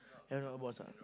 have a lot of box ah